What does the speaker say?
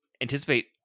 anticipate